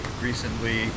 recently